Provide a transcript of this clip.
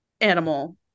animal